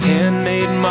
Handmade